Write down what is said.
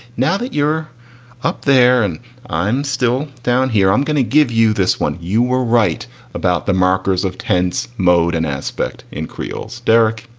now that you're up there and i'm still down here, i'm gonna give you this one. you were right about the markers of tense mode and aspect in creoles. derek,